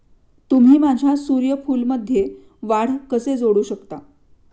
तुम्ही माझ्या सूर्यफूलमध्ये वाढ कसे जोडू शकता?